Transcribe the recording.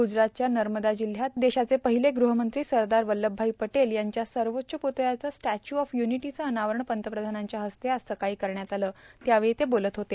गुजरातच्या नमदा जिल्ह्यात देशाचे पर्काहले गृहमंत्री सरदार वल्लभभाई पटेल यांच्या सर्वाच्च प्तळ्याचं स्टॅच्यू ऑफ र्य्यानटांचं अनावरण पंतप्रधानांच्या हस्ते आज सकाळी करण्यात आलं त्यावेळी ते बोलत होते